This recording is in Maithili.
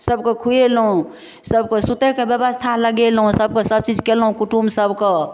सबक खुएलहुँ सबके सुतैके व्यवस्था लगेलहुँ सबके सबचीज कयलहुँ कुटुम्ब सब कऽ